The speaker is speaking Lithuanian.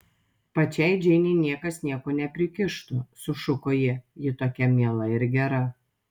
pačiai džeinei niekas nieko neprikištų sušuko ji ji tokia miela ir gera